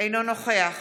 אינו נוכח